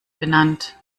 benannt